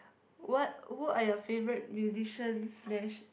what who are your favourite musician slash